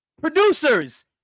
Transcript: producers